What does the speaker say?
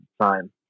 time